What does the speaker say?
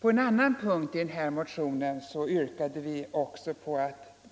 På en annan punkt i samma motion yrkar vi att